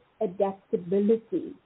adaptability